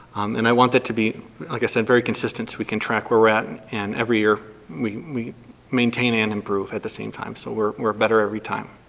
and i want that to be, like i said, very consistent so we can track where we're at and every year we we maintain and improve at the same time so we're we're better every time.